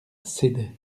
cédait